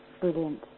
Brilliant